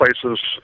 places